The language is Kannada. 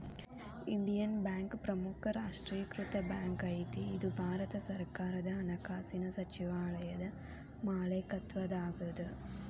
ಇಂಡಿಯನ್ ಬ್ಯಾಂಕ್ ಪ್ರಮುಖ ರಾಷ್ಟ್ರೇಕೃತ ಬ್ಯಾಂಕ್ ಐತಿ ಇದು ಭಾರತ ಸರ್ಕಾರದ ಹಣಕಾಸಿನ್ ಸಚಿವಾಲಯದ ಮಾಲೇಕತ್ವದಾಗದ